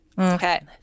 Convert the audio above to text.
Okay